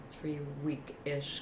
three-week-ish